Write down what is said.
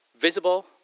Visible